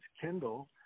Kindle